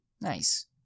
Nice